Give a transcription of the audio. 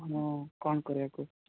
ହଁ କ'ଣ କରିବା କୁହ